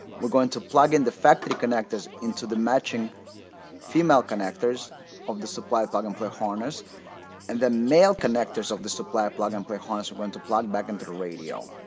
we're going to plug in the factory connectors into the matching female connectors of the supply plug-and-play harness and the male connectors of the supplied plug-and-play harness we're going to plug back into the radio.